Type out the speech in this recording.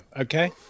okay